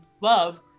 love